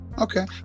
Okay